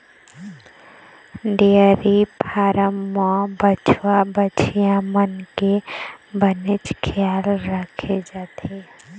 dairy farm म बछवा, बछिया मन के बनेच खियाल राखे जाथे